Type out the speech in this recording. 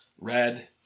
red